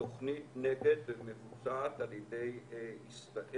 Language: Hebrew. תוכנית-נגד שמבוצעת על ידי ישראל.